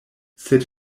sed